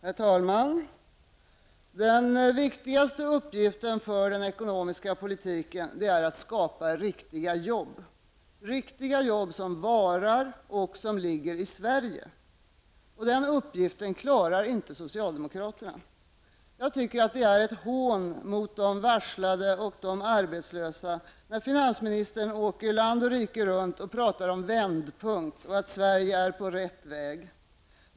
Herr talman! Den viktigaste uppgiften för den ekonomiska politiken är att skapa riktiga jobb, som varar och ligger i Sverige. Denna uppgift klarar inte socialdemokraterna. Det är, tycker jag, ett hån mot de varslade och de arbetslösa när finansministern åker land och rike runt och pratar om en vändpunkt och om att Sverige är på rätt väg.